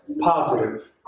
positive